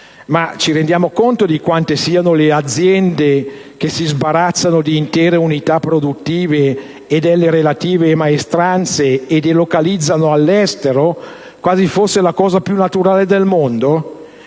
Ci rendiamo conto di quante siano le aziende che si sbarazzano di intere unità produttive e delle relative maestranze e delocalizzano all'estero, quasi fosse la cosa più naturale del mondo?